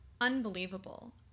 unbelievable